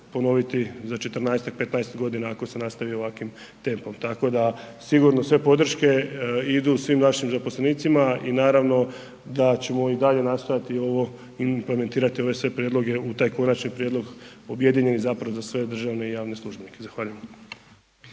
ponoviti za 14-ak, 15-ak godina ako se nastavi ovakvim tempom tako da sigurno sve podrške idu svim našim zaposlenicima i naravno da ćemo i dalje nastojati ovo implementirati ove sve prijedloge u taj konačni prijedloga objedinjeni zapravo za sve državne i javne službenike, zahvaljujem.